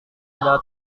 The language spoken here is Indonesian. ada